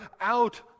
out